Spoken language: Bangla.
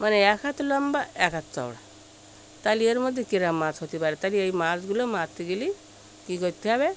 মানে এক হাত লম্বা এক হাত চওড়া তা হলে এর মধ্যে কিরকম মাছ হতে পারে তাহলে এই মাছগুলো মারতে গেলে কী করতে হবে